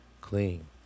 clean